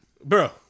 bro